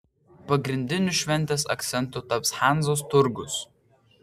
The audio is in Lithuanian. pagrindiniu šventės akcentu taps hanzos turgus